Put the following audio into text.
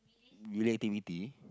relativity